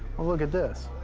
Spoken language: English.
oh, look at this.